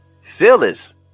Phyllis